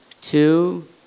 two